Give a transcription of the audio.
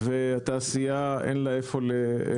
ולתעשייה אין איפה להקים את הפעילות.